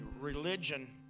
religion